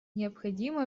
необходимо